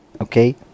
Okay